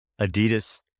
Adidas